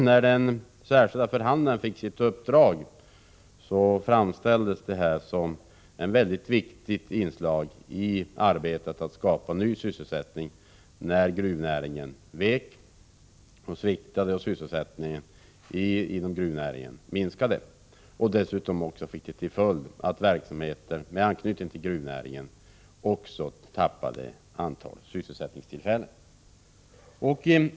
När den särskilde förhandlaren fick sitt uppdrag framställdes det som ett mycket viktigt inslag i arbetet på att skapa ny sysselsättning när gruvnäringen sviktade och sysselsättningen inom denna bransch minskade, vilket dessutom fick till följd att verksamheter med anknytning till gruvnäringen också tappade ett antal sysselsättningstillfällen.